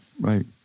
Right